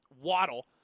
waddle